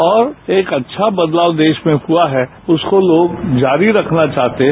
और एक अच्छा बदलाव देश में हुआ है उसको लोग जारी रखना चाहते हैं